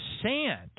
sand